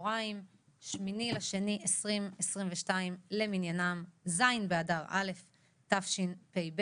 היום 8 בפברואר 2022 למניינם, ז' באדר א' תשפ"ב.